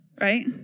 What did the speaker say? right